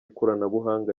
ikoranabuhanga